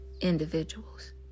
individuals